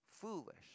foolish